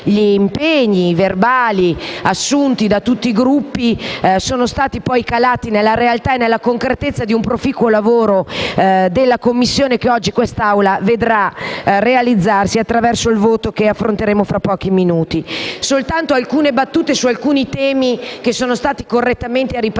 gli impegni verbali assunti da tutti i Gruppi sono stati poi calati nella realtà e nella concretezza di un proficuo lavoro della Commissione che oggi quest'Aula vedrà realizzarsi attraverso il voto che affronteremo tra pochi minuti. Vorrei soffermarmi su alcuni temi che sono stati correttamente ripresi dai